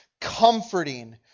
comforting